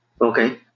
Okay